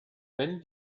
wenn